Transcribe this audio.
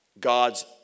God's